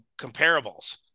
comparables